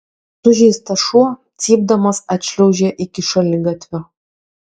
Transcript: sužeistas šuo cypdamas atšliaužė iki šaligatvio